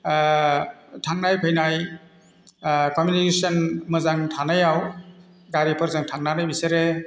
थांनाय फैनाय कमिउनिकेसन मोजां थानायाव गारिफोरजों थांनानै बिसोरो